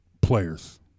players